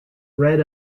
read